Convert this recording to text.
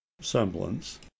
SEMBLANCE